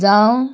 जाऊ